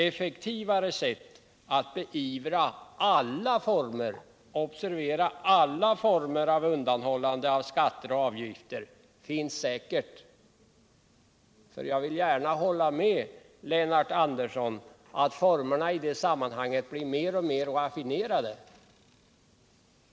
Effektivare sätt att beivra alla — observera alla — former av undanhållande av skatter och avgifter finns säkerligen. Jag vill hålla med Lennart Andersson om att formerna i det sammanhanget blir mer och mer raffinerade.